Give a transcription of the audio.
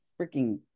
freaking